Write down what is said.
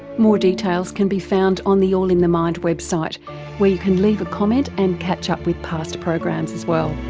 more details can be found on the all in the mind website where you can leave a comment and catch up with past programs as well.